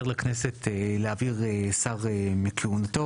לכנסת להעביר שר מכהונתו,